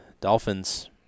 Dolphins